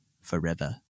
Forever